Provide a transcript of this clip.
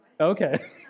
okay